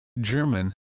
German